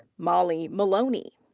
molly maloney.